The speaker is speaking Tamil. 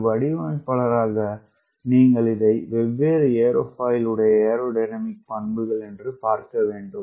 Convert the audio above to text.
ஒரு வடிவமைப்பாளராக நீங்கள் இதை வெவ்வேறு ஏரோஃபைல் உடைய ஏரோடைனமிக் பண்புகள் என்று பார்க்க வேண்டும்